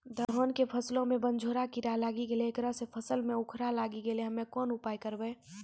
धान के फसलो मे बनझोरा कीड़ा लागी गैलै ऐकरा से फसल मे उखरा लागी गैलै हम्मे कोन उपाय करबै?